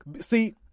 See